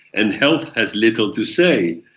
and health has little to say.